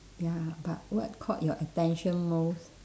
ya but what caught your attention most